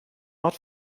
not